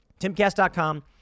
TimCast.com